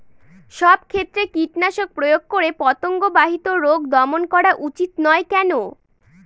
সব ক্ষেত্রে কীটনাশক প্রয়োগ করে পতঙ্গ বাহিত রোগ দমন করা উচিৎ নয় কেন?